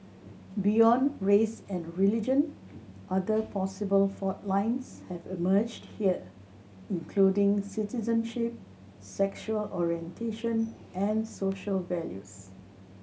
beyond race and religion other possible fault lines have emerged here including citizenship sexual orientation and social values